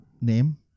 Name